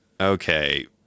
okay